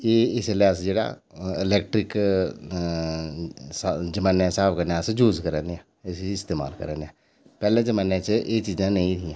एह् इसलै अस जेह्ड़ा इलैक्ट्रिक जमाने दे स्हाब कन्नै अस यूज करा ने आं इसी इस्तेमाल करै ने आं पैह्लें जमाने च एह् चीजां नेईं हियां